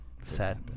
Sad